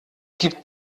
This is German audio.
gibt